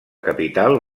capital